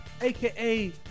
aka